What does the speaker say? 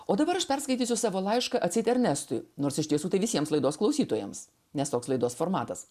o dabar aš perskaitysiu savo laišką atseit ernestui nors iš tiesų tai visiems laidos klausytojams nes toks laidos formatas